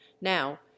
Now